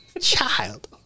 Child